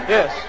Yes